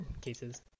cases